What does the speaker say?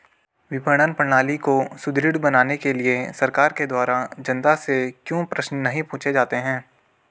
विपणन प्रणाली को सुदृढ़ बनाने के लिए सरकार के द्वारा जनता से क्यों प्रश्न नहीं पूछे जाते हैं?